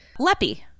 Lepi